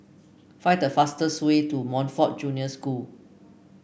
find the fastest way to Montfort Junior School